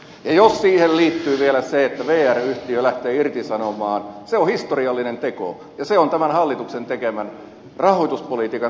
jos siihen liittyy vielä se että vr yhtiö lähtee irtisanomaan se on historiallinen teko ja se on tämän hallituksen tekemän rahoituspolitiikan aikaansaamaa